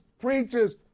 preachers